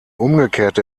umgekehrte